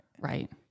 Right